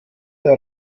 der